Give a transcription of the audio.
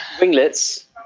Winglets